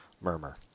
Murmur